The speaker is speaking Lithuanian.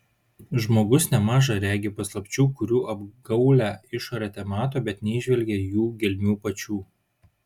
žmogus nemaža regi paslapčių kurių apgaulią išorę temato bet neįžvelgia jų gelmių pačių